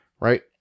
Right